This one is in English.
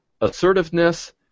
assertiveness